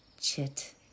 chit